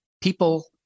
People